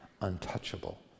untouchable